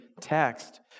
text